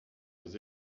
des